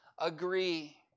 agree